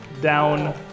down